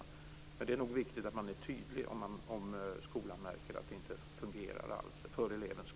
Men för elevens skull är det nog viktigt att man är tydlig, om skolan märker att det inte fungerar alls.